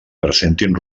presentin